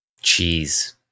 Cheese